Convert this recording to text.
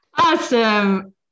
Awesome